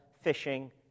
fishing